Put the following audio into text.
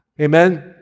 Amen